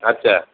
আচ্ছা